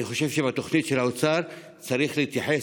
אני חושב שבתוכנית של האוצר צריך להתייחס